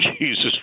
Jesus